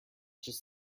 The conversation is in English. just